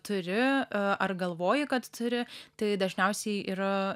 turi ar galvoji kad turi tai dažniausiai yra